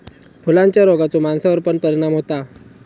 फुलांच्या रोगाचो माणसावर पण परिणाम होता